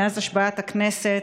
מאז השבעת הכנסת.